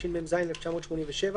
התשמ"ז 1987,